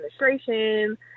administration